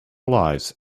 lives